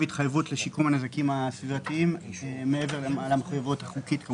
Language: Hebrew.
ההתחייבות לשיקום הנזקים הסביבתיים מעבר למחויבות החוקית.